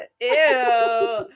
Ew